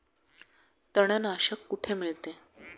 तणनाशक कुठे मिळते?